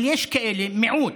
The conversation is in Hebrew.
אבל יש כאלה, מיעוט,